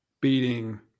beating